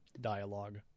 dialogue